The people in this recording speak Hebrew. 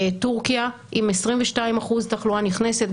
טורקיה עם 22% תחלואה נכנסת.